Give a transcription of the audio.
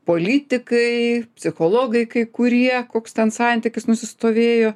politikai psichologai kurie koks ten santykis nusistovėjo